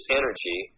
energy